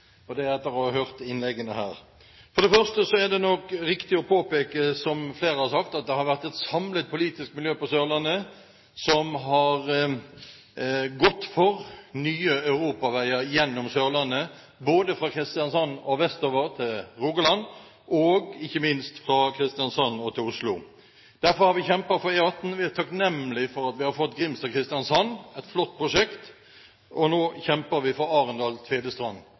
og det etter å ha hørt innleggene her. For det første er det nok riktig å påpeke, som flere har gjort, at det har vært et samlet politisk miljø på Sørlandet som har gått inn for nye europaveier gjennom Sørlandet, både fra Kristiansand og vestover til Rogaland, og ikke minst fra Kristiansand til Oslo. Derfor har vi kjempet for E18. Vi er takknemlig for at vi har fått Grimstad–Kristiansand, som er et flott prosjekt. Nå kjemper vi for